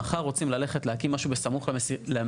מחר רוצים ללכת להקים משהו בסמוך למסילה,